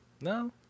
No